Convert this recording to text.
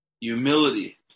humility